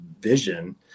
vision